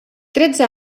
tretze